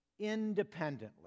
independently